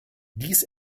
dies